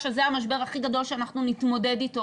שזה המשבר הכי גדול שאנחנו נתמודד איתו,